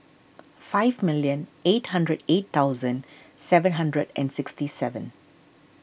five million eight hundred eight thousand seven hundred and sixty seven